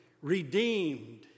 redeemed